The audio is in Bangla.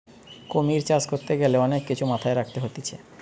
কুমির চাষ করতে গ্যালে অনেক কিছু মাথায় রাখতে হতিছে